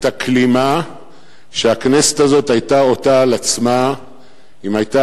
את הכלימה שהכנסת הזאת היתה עוטה על עצמה אם היתה